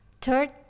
third